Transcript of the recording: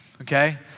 okay